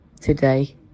today